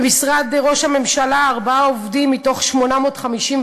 במשרד ראש הממשלה, ארבעה עובדים מתוך 857,